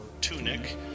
tunic